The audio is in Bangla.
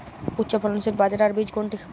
উচ্চফলনশীল বাজরার বীজ কোনটি?